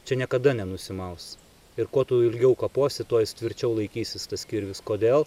čia niekada nenusimaus ir kuo tu ilgiau kaposi tuo jis tvirčiau laikysis tas kirvis kodėl